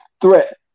threat